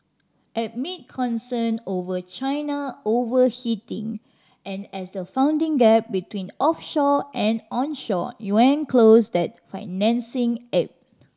amid concerns over China overheating and as the funding gap between offshore and onshore yuan closed that financing ebbed